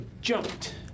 jumped